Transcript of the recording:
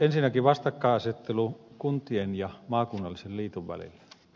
ensinnäkin vastakkainasettelu kuntien ja maakunnallisen liiton välillä